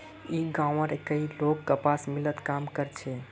ई गांवउर कई लोग कपास मिलत काम कर छे